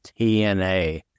TNA